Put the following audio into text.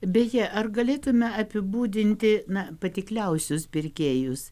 beje ar galėtume apibūdinti na patikliausius pirkėjus